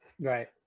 right